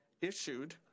issued